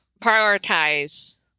prioritize